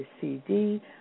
CD